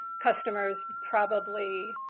customers probably